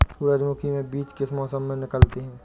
सूरजमुखी में बीज किस मौसम में निकलते हैं?